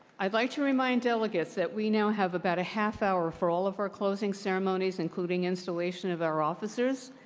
i'd like to remind delegates that we now have about a half hour for all of our closing ceremonies, including installation of our officers.